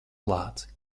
lāci